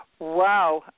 wow